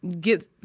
get